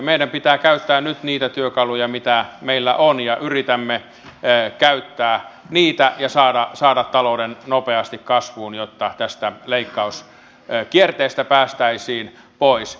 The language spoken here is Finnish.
meidän pitää käyttää nyt niitä työkaluja mitä meillä on ja yritämme käyttää niitä ja saada talouden nopeasti kasvuun jotta tästä leikkauskierteestä päästäisiin pois